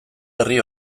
herri